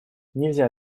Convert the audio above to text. нельзя